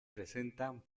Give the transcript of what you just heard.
presenta